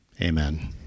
amen